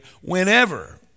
whenever